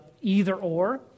either-or